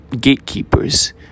gatekeepers